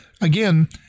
Again